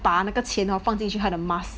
把那个钱 hor 放进去他的 mask